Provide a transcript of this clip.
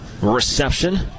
reception